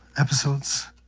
episodes.